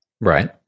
Right